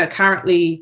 currently